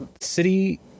city